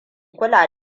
kula